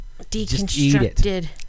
Deconstructed